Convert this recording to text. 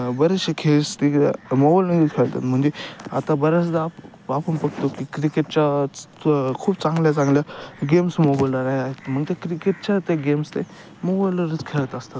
बरेचसे खेळ स्तिग्द मोबाईलमध्येच खेळतात म्हणजे आता बऱ्याचदा आप आपण बघतो की क्रिकेटच्याच खूप चांगल्या चांगल्या गेम्स मोबाईलला आहेत मग ते क्रिकेटच्या ते गेम्स ते मोबाईलवरच खेळत असतात